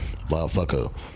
Motherfucker